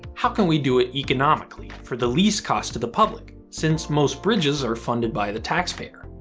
how can we do it economically, for the least cost to the public, since most bridges are funded by the taxpayer?